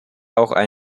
auch